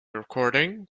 recording